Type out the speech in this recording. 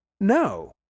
No